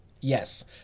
Yes